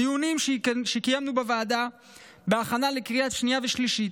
בדיונים שקיימנו בוועדה בהכנה לקריאה השנייה והשלישית,